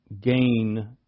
gain